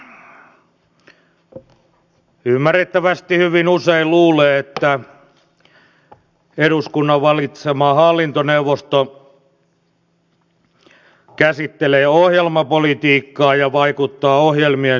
kadunmies ymmärrettävästi hyvin usein luulee että eduskunnan valitsema hallintoneuvosto käsittelee ohjelmapolitiikkaa ja vaikuttaa ohjelmien sisältöihin